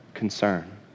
concern